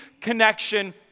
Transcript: connection